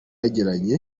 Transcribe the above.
yagiranye